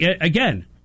again